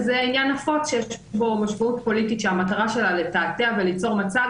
וזה עניין נפוץ שיש בו משמעות פוליטית שהמטרה שלה לתעתע וליצור מצג